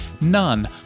None